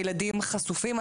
הילדים חשופים,